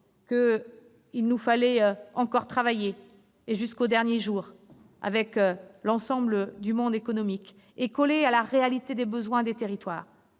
qu'il nous fallait encore travailler, et jusqu'au dernier jour, avec l'ensemble du monde économique et coller à la réalité des besoins des territoires.